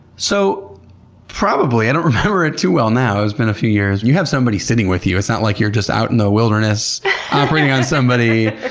so probably. i don't remember it too well now. it's been a few years. you have somebody sitting with you. it's not like you're just out in the wilderness operating on somebody.